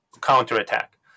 counterattack